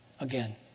Again